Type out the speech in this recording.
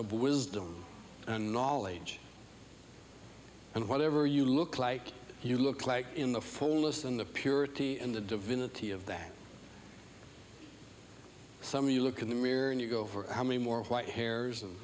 of wisdom and knowledge and whatever you look like you look like in the fullest in the purity and the divinity of that summer you look in the mirror and you go for how many more white hairs